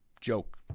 joke